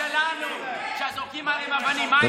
השוטרים שלנו, שזורקים עליהם אבנים, מה איתם?